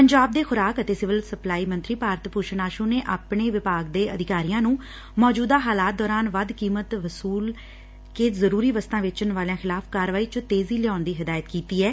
ਪੰਜਾਬ ਦੇ ਖੁਰਾਕ ਅਤੇ ਸਿਵਲ ਸਪਲਾਈ ਮੰਤਰੀ ਭਾਰਤ ਭੂਸ਼ਣ ਆਸੂ ਨੇ ਆਪਣੇ ਵਿਭਾਗ ਦੇ ਅਧਿਕਾਰੀਆਂ ਨੂੰ ਮੌਜੂਦਾ ਹਾਲਾਤ ਦੌਰਾਨ ਵੱਧ ਕੀਮਤ ਵਸੂਲ ਕੇ ਜ਼ਰੂਰੀ ਵਸਤਾਂ ਵੇਚਣ ਵਾਲਿਆਂ ਖਿਲਾਫ਼ ਕਾਰਵਾਈ ਚ ਤੇਜ਼ੀ ਲਿਆਉਣ ਦੀ ਹਿਦਾਇਤ ਕੀਤੀ ਐ